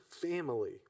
family